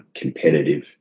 competitive